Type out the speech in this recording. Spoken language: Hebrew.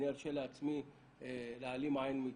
אני ארשה לעצמי להעלים עין מקיצוץ.